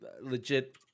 legit